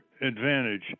Advantage